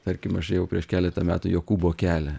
tarkim aš ėjau prieš keletą metų jokūbo kelią